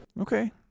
Okay